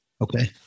Okay